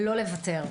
לא לוותר.